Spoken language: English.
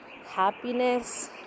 happiness